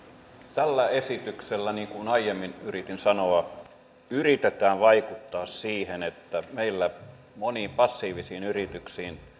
tällä esityksellä niin kuin aiemmin yritin sanoa yritetään vaikuttaa siihen että meillä moniin passiivisiin yrityksiin